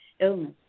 illness